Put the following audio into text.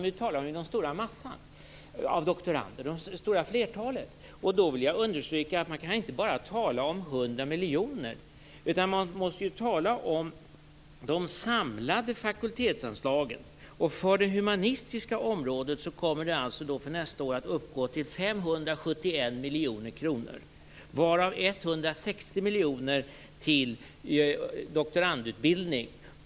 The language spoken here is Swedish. Vi talat om den stora massan av doktorander, det stora flertalet. Då vill jag understryka att man inte bara kan tala om 100 miljoner. Man måste ju tala om de samlade fakultetsanslagen. För det humanistiska området kommer de för nästa år att uppgå till 571 miljoner kronor varav 160 miljoner går till doktorandutbildning.